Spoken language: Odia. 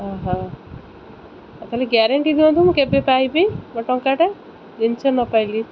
ଅ ହ ତାହେଲେ ଗ୍ୟାରେଣ୍ଟି ଦିଅନ୍ତୁ ମୁଁ କେବେ ପାଇବି ମୋ ଟଙ୍କାଟା ଜିନିଷ ନ ପାଇଲି